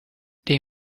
they